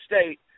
State